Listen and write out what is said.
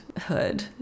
hood